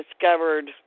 discovered